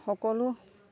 সকলো